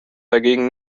dagegen